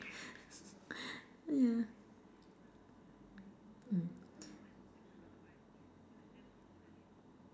yeah